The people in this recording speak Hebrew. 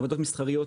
מעבדות מסחריות